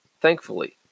Thankfully